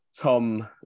Tom